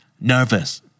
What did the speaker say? Nervous